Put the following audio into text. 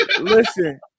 Listen